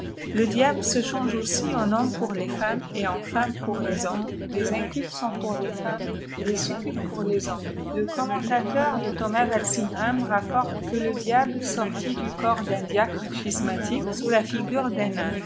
le diable se change aussi en homme pour les femmes et en femme pour les honmiesl les incubes sont pour les femmes et les succubes pour les hommes le commentateur de thomas yalsingham rapporte que le diable sortit du corps d'un diacre schisma tique sous la figure